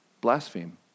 Blaspheme